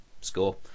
score